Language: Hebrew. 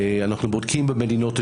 אנחנו בודקים במדינות השונות.